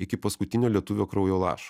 iki paskutinio lietuvio kraujo lašo